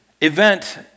event